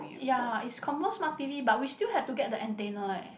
ya it's confirm smart T_V but we still have to get the antenna eh